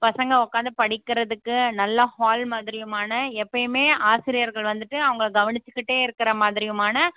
பசங்க உட்காந்து படிக்கிறதுக்கு நல்லா ஹால் மாதிரியுமான எப்பையுமே ஆசிரியர்கள் வந்துவிட்டு அவங்க கவனிச்சிக்கிட்டே இருக்கிற மாதிரியுமான